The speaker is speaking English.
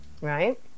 right